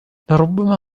لربما